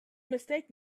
mistake